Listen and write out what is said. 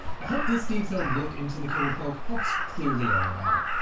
i hope this detailed look into the killer poke helps clear the air about it.